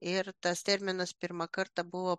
ir tas terminas pirmą kartą buvo